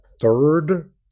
third